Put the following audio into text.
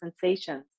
sensations